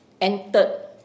entered